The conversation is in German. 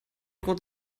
droht